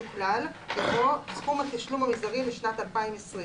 המשוקלל״ יבוא: ״״סכום התשלום המזערי לשנת 2020״